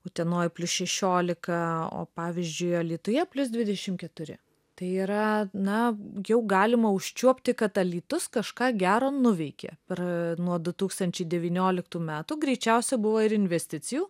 utenoj plius šešiolika o pavyzdžiui alytuje plius dvidešim keturi tai yra na jau galima užčiuopti kad alytus kažką gero nuveikė per nuo du tūkstančiai devynioliktų metų greičiausia buvo ir investicijų